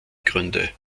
gründe